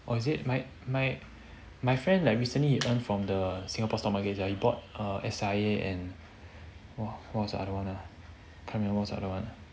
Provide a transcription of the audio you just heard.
oh is it my my my friend like recently earned from the singapore style mortgage he bought S_I_A and what was the other one ah can't remember what's the other one